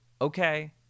okay